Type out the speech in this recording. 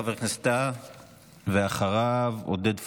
חבר הכנסת טאהא, ואחריו, עודד פורר.